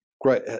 great